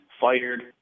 fired